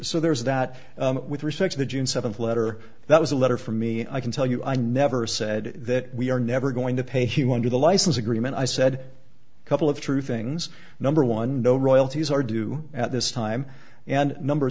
so there is that with respect to the june seventh letter that was a letter from me i can tell you i never said that we are never going to pay he wanted a license agreement i said a couple of true things number one no royalties are due at this time and number